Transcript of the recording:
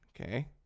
Okay